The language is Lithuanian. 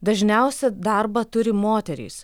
dažniausia darbą turi moterys